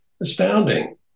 astounding